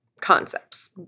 concepts